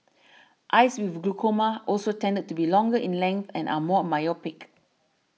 eyes with glaucoma also tended to be longer in length and are more myopic